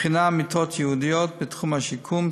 מבחינת מיטות ייעודיות בתחום השיקום,